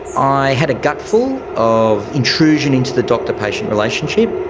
i had a gutful of intrusion into the doctor-patient relationship.